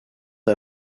ont